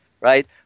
right